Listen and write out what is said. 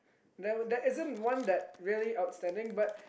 there there isn't one that really outstanding but